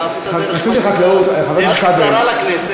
אתה עשית דרך קצרה לכנסת,